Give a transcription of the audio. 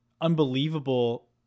unbelievable